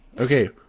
Okay